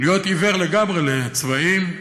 להיות עיוור לגמרי לצבעים,